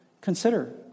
consider